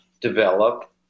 develop